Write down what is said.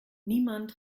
niemand